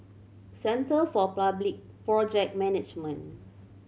Centre for Public Project Management